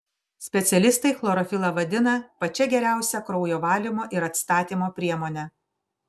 specialistai chlorofilą vadina pačia geriausia kraujo valymo ir atstatymo priemone